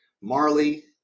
Marley